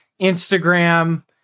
Instagram